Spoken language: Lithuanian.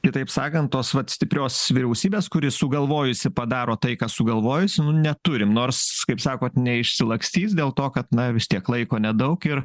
kitaip sakant tos vat stiprios vyriausybės kuri sugalvojusi padaro tai ką sugalvojusi neturim nors kaip sakot neišsilakstys dėl to kad na vis tiek laiko nedaug ir